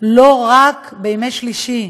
לא רק בימי שלישי,